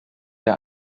der